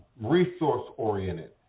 resource-oriented